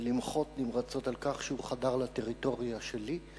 ולמחות נמרצות על כך שהוא חדר לטריטוריה שלי.